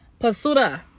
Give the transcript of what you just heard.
pasuda